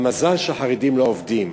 המזל שהחרדים לא עובדים.